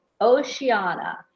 Oceana